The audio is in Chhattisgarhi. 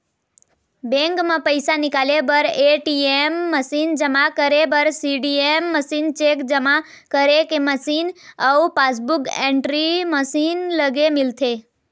बेंक म पइसा निकाले बर ए.टी.एम मसीन, जमा करे बर सीडीएम मशीन, चेक जमा करे के मशीन अउ पासबूक एंटरी मशीन लगे मिलथे